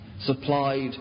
Supplied